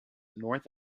north